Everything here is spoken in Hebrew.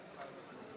נגד